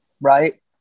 right